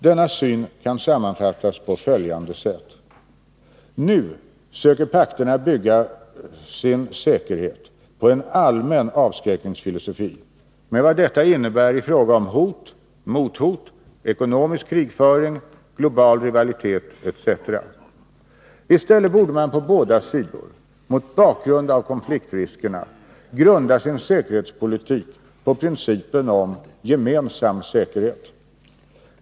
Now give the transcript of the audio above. Denna syn kan sammanfattas på följande sätt: Nu söker pakterna bygga sin säkerhet på en allmän avskräckningsfilosofi, med vad detta innebär i fråga om hot, mothot, ekonomisk krigföring, global rivalitet etc. I stället borde man på båda sidor, mot bakgrund av konfliktriskerna, grunda sin säkerhetspolitik på principen om gemensam säkerhet.